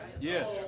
Yes